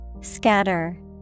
scatter